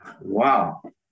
wow